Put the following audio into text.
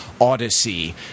Odyssey